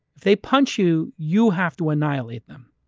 they punch you, you have to annihilate them.